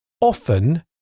Often